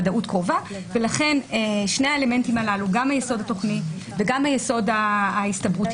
שני האלמנטים הללו גם היסוד התוכני וגם היסוד ההסתברותי